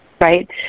right